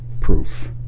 proof